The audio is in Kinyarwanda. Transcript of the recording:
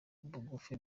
bugufi